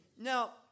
Now